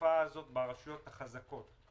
לתופעה הזאת ברשויות החזקות.